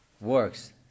works